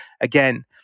again